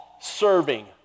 serving